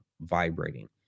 vibrating